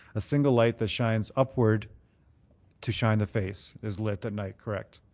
a single light that shines upward to shine the face is lit at night, correct.